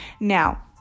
Now